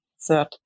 third